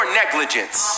negligence